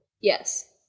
Yes